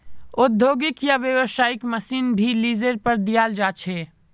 औद्योगिक या व्यावसायिक मशीन भी लीजेर पर दियाल जा छे